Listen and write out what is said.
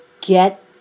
get